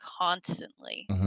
constantly